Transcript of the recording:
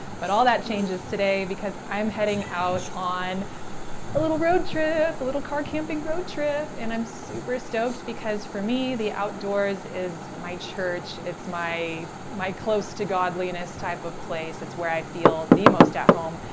but all that changes today because i'm heading out on a little road trip, a little car camping road trip. and i'm super stoked because for me the outdoors is my church. it's my my close to godliness type of place. it's where i feel the most at home.